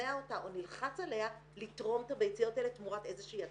שנשכנע אותה או נלחץ עליה לתרום את הביציות האלה תמורת איזושהי הבטחה.